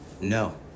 No